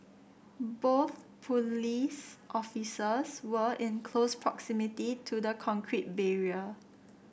both police officers were in close proximity to the concrete barrier